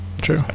True